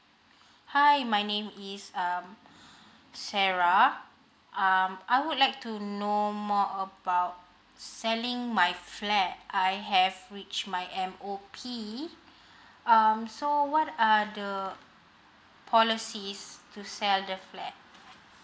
hi my name is um Sarah um I would like to know more about selling my flat I have reached my M_O_P um so what are the policies to sell the flat